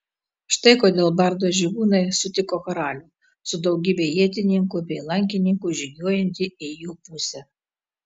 štai kodėl bardo žygūnai sutiko karalių su daugybe ietininkų bei lankininkų žygiuojantį į jų pusę